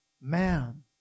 man